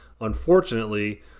unfortunately